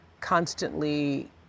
constantly